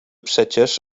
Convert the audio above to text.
przecież